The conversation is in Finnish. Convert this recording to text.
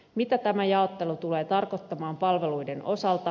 mitä tämä jaottelu tulee tarkoittamaan palveluiden osalta